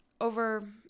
over